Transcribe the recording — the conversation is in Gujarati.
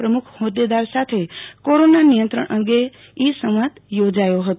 પ્રમુખ ફોદ્દેદારો સાથે કોરોના નિયંત્રણ અંગે ઇ સંવાદ યોજાયો હતો